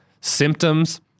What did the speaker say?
symptoms